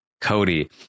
cody